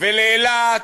ולאילת